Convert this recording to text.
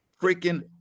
Freaking